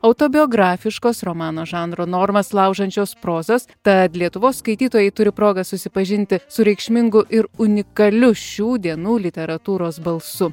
autobiografiškos romano žanro normas laužančios prozos tad lietuvos skaitytojai turi progą susipažinti su reikšmingu ir unikaliu šių dienų literatūros balsu